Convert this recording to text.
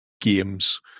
games